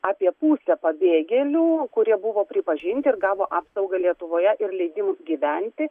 apie pusė pabėgėlių kurie buvo pripažinti ir gavo apsaugą lietuvoje ir leidim gyventi